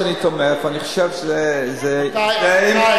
רבותי,